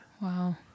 Wow